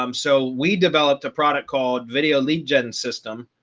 um so we developed a product called video lead gen system,